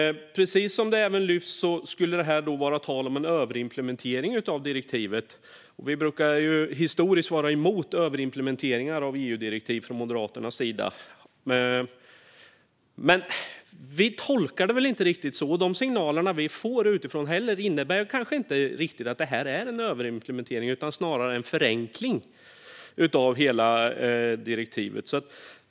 Precis som har lyfts fram skulle det nämligen kunna röra sig om en överimplementering av direktivet, och historiskt brukar vi från Moderaternas vara emot överimplementeringar av EU-direktiv. Men vi tolkar inte detta riktigt så, och de signaler vi får utifrån tyder kanske inte heller riktigt på att detta är en överimplementering. Snarare är det en förenkling av hela direktivet.